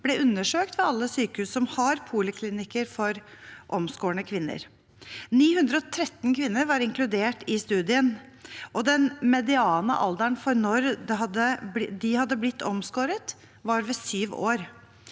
ble undersøkt ved alle sykehus som har poliklinikker for omskårne kvinner. 913 kvinner var inkludert i studien. Median alder for når de hadde blitt omskåret, var sju år,